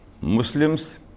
Muslims